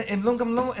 הן לא בעוני,